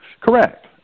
Correct